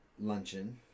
luncheon